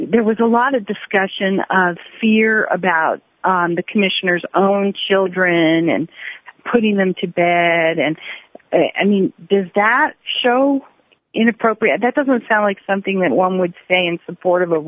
there was a lot of discussion of fear about the commissioner's own children and putting them to bed and i mean does that show inappropriate that doesn't sound like something that one would say in support